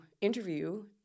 interview